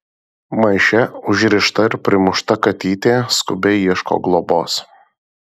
maiše užrišta ir primušta katytė skubiai ieško globos